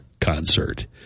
concert